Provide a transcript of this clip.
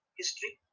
history